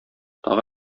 тагы